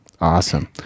Awesome